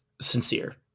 sincere